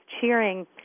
cheering